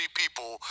people